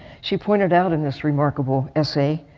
she pointed out in this remarkable essay,